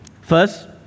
First